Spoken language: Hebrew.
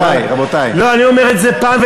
אני אומר את זה אחת